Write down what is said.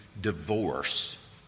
divorce